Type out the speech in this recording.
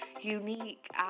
unique